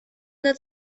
that